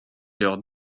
leurs